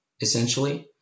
essentially